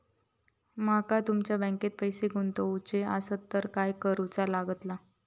माका तुमच्या बँकेत पैसे गुंतवूचे आसत तर काय कारुचा लगतला?